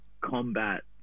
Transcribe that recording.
combat